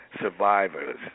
survivors